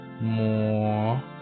more